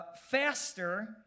faster